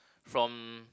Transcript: from